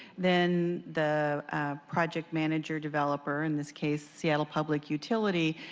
then the project manager developer, in this case, seattle public utilities,